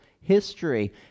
history